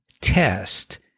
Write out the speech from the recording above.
test